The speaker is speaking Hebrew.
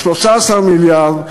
ה-13 מיליארד,